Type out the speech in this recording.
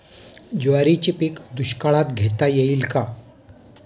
ज्वारीचे पीक दुष्काळात घेता येईल का?